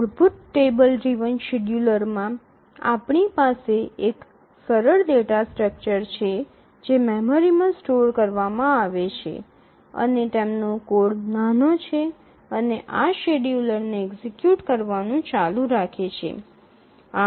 મૂળભૂત table driven શેડ્યૂલરમાં આપણી પાસે એક સરળ ડેટા સ્ટ્રક્ચર છે જે મેમરીમાં સ્ટોર કરવામાં આવે છે અને તેમનો કોડ નાનો છે અને તે આ શેડ્યૂલને એક્ઝિક્યુટ કરવાનું ચાલુ રાખે છે